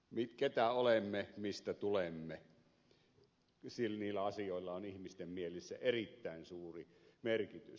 keitä olemme mistä tulemme niillä asioilla on ihmisten mielissä erittäin suuri merkitys